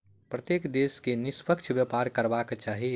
प्रत्येक देश के निष्पक्ष व्यापार करबाक चाही